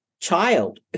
child